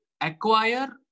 acquire